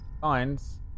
finds